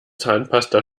zahnpasta